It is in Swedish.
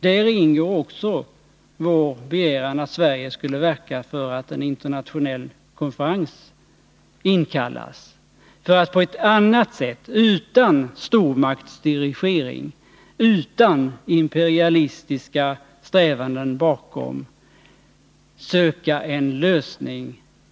Däri ingår också vår begäran att Sverige skall verka för att en internationell konferens inkallas för att man i FN-regi, utan stormaktsdirigering och imperalistiska strävanden, skall söka en lösning.